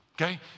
okay